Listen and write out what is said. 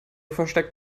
versteckt